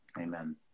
amen